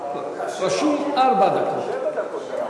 רשום ארבע דקות.